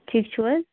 ٹھیٖک چھُو حظ